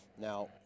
Now